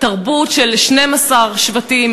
תרבות של 12 שבטים,